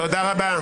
תודה רבה.